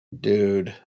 Dude